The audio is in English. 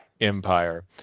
Empire